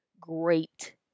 great